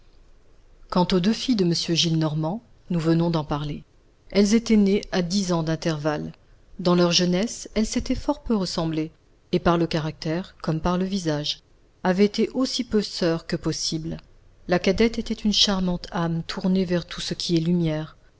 quant aux deux filles de m gillenormand nous venons d'en parler elles étaient nées à dix ans d'intervalle dans leur jeunesse elles s'étaient fort peu ressemblé et par le caractère comme par le visage avaient été aussi peu soeurs que possible la cadette était une charmante âme tournée vers tout ce qui est lumière